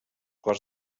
quals